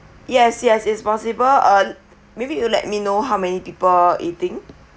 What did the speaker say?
yes yes it's possible uh maybe you let me know how many people eating